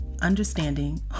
understanding